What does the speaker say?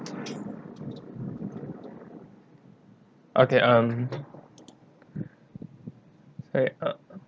okay um eh err